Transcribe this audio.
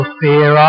fear